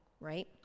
right